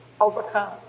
overcome